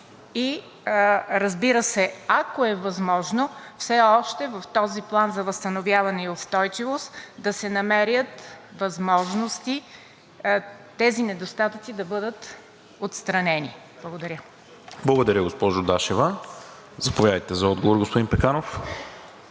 и разбира се, ако е възможно, все още в този План за възстановяване и устойчивост да се намерят възможности тези недостатъци да бъдат отстранени? Благодаря. ПРЕДСЕДАТЕЛ НИКОЛА МИНЧЕВ: Благодаря, госпожо Дашева. Заповядайте за отговор, господин Пеканов.